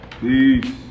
Peace